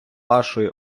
вашої